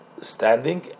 standing